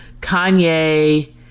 Kanye